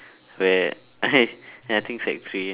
where I ya I think sec three